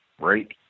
right